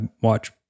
watch